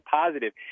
positive